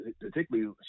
particularly